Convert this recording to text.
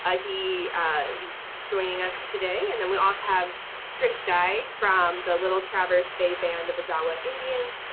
ah he is joining us today, and then we also have kris dey from the little traverse bay band of odawa indians.